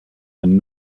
and